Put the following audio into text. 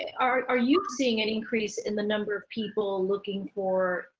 are are you seeing any increase in the number of people looking for,